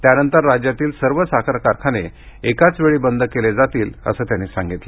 त्यानंतर राज्यातील सर्व साखरकारखाने एकाच वेळी बंद केले जातील अस त्यांनी सांगितलं